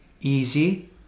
easy